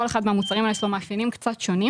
כל אחד מהמוצרים האלה יש לו מאפיינים קצת שונים.